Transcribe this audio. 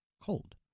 cold